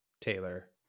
Taylor